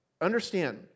understand